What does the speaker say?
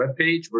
webpage